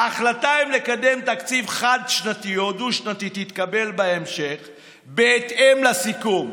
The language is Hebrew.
ההחלטה אם לקדם תקציב חד-שנתי או דו-שנתי תתקבל בהמשך בהתאם לסיכום.